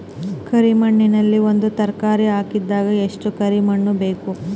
ಕರಿ ಮಣ್ಣಿನಲ್ಲಿ ಒಂದ ತರಕಾರಿ ಹಾಕಿದರ ಎಷ್ಟ ಕರಿ ಮಣ್ಣು ಬೇಕು?